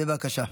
בבקשה,